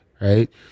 right